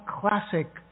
classic